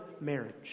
marriage